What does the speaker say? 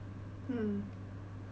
mm